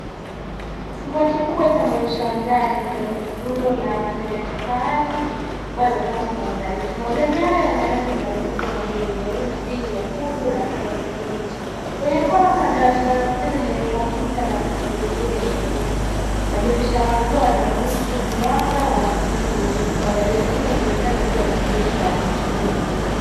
Chumba kikubwa cha maonyesho ya magari. Kuna rundo la magari ya kifahari ambayo imepangwa kwa uangalifu. Magari haya yana rangi mbali mbali kama vile nyeusi, nyekundu na kijani kibichi. Kwenye kona kuna dawati la mapozi lenye kompyuta na vifaa vingine vya ofisi. Madirisha makubwa yanarushwa mwanga wa asili kuingia huku magai mengine yakionekana yakiwa yameegeshwa nje.